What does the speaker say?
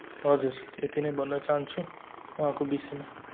हजार यति नै भन्न चाहन्छु उहाँको विषयमा